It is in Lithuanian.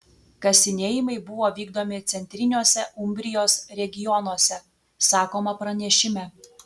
kasinėjimai buvo vykdomi centriniuose umbrijos regionuose sakoma pranešime